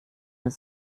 eine